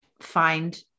find